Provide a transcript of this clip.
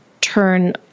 turn